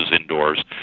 indoors